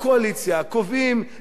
קובעים את הליין-אפים